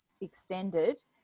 extended